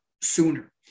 sooner